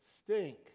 Stink